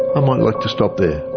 i might like to stop there